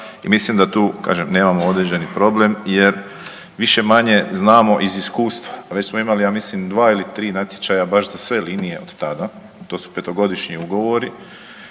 mislim da tu nemamo određeni problem jer više-manje znamo iz iskustva, a već smo imali ja mislim dva ili tri natječaja baš za sve linije od tada, to su petogodišnji ugovori